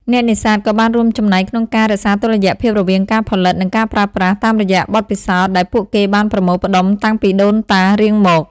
អ្នកនេសាទក៏បានរួមចំណែកក្នុងការរក្សាតុល្យភាពរវាងការផលិត និងការប្រើប្រាស់ តាមរយៈបទពិសោធន៍ដែលពួកគេបានប្រមូលផ្ដុំតាំងពីដូនតារៀងមក។